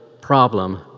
problem